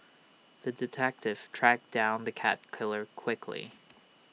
the detective tracked down the cat killer quickly